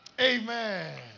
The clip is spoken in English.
Amen